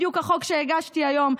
בדיוק החוק שהגשתי היום,